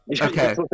Okay